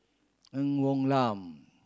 Ng Woon Lam